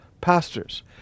Pastors